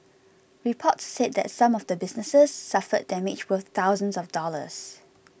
reports said that some of the businesses suffered damage worth thousands of dollars